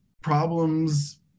problems